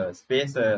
space